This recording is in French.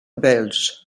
belge